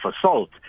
assault